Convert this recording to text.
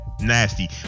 nasty